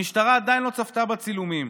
המשטרה עדיין לא צפתה בצילומים.